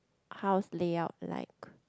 house layout like